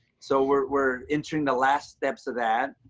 so we're we're entering the last steps of that.